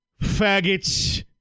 faggots